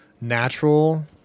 natural